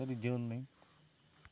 ᱨᱤᱡᱷᱟᱹᱣ ᱤᱱᱟᱹᱧ